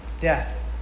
death